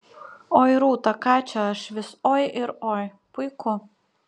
oi rūta ką čia aš vis oi ir oi puiku